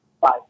Bye